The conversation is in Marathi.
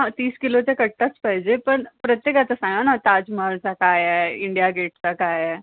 हा तीस किलोचा कट्टाच पाहिजे पण प्रत्येक आता सांगा ना ताजमहलचा काय आहे इंडिया गेटचा काय आहे